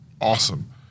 Awesome